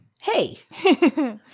Hey